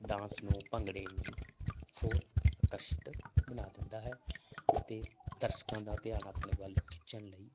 dance ਨੂੰ ਭੰਗੜੀ ਨੂੰ ਹੋਰ ਆਕਰਸ਼ਿਤ ਬਣਾ ਦਿੰਦਾ ਹੈ ਅਤੇ ਦਰਸ਼ਕਾਂ ਦਾ ਧਿਆਨ ਆਪਣੇ ਵੱਲ ਖਿੱਚਣ ਲਈ